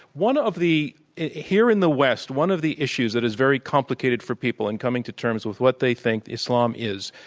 one of the here in the west, one of the issues that is very complicated for people in coming to terms with what they think islam is,